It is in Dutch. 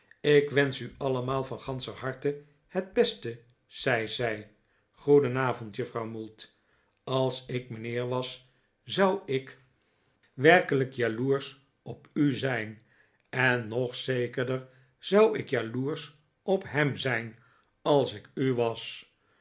ik wensch u allemaal van ganscher harte het beste zei zij goedenavond juffrouw mould als ik mijnheer was zou ik werkelijk jaloersch op u zijn en nog zekerder zou ik jaloersch op hem zijn als ik u was